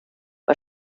bei